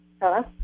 Hello